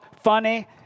funny